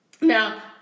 now